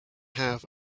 have